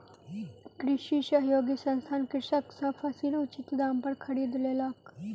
कृषि सहयोगी संस्थान कृषक सॅ फसील उचित दाम पर खरीद लेलक